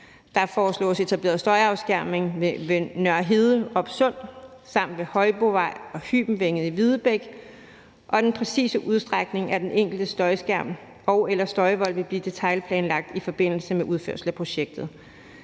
Der foreslås etableret støjafskærmning ved Nørhede og Opsund samt ved Højbovej og Hybenvænget i Videbæk, og den præcise udstrækning af den enkelte støjskærm og/eller støjvold vil blive detailplanlagt i forbindelse med udførelsen af projektet.